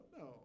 no